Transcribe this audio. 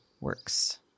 works